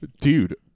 dude